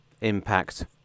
impact